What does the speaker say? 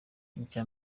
icya